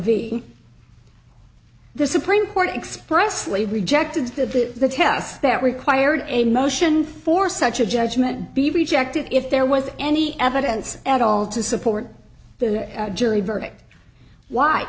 ovi the supreme court expressly rejected the test that required a motion for such a judgment be rejected if there was any evidence at all to support the jury verdict why